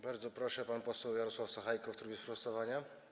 Bardzo proszę, pan poseł Jarosław Sachajko w trybie sprostowania.